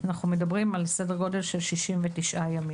אנחנו מדברים על סדר גודל של 69 ימים.